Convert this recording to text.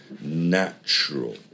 natural